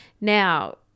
Now